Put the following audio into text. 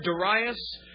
Darius